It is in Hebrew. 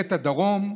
שלהבת הדרום,